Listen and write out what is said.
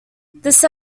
this